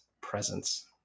presence